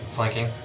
Flanking